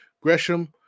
Gresham